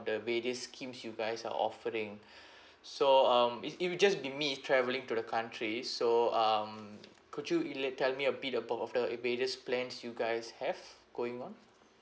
the various schemes you guys are offering so um it it will just be me travelling to the country so um could you elab~ tell me a bit about of the uh various plans you guys have going on